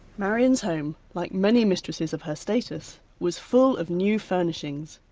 marion's home, like many mistresses of her status, was full of new furnishings,